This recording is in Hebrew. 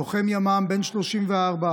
לוחם ימ"מ בן 34,